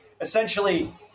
essentially